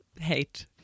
hate